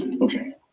Okay